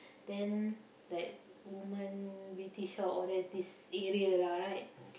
then like woman we teach her all that this area lah right